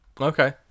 Okay